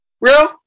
Real